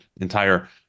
entire